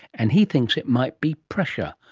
and he thinks it might be pressure,